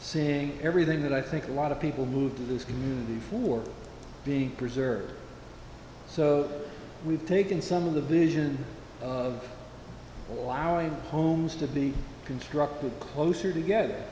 seeing everything that i think a lot of people moved to this community for being preserved so we've taken some of the vision of allowing homes to be constructed closer together